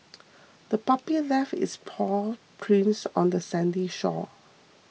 the puppy left its paw prints on the sandy shore